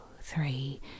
three